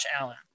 Allen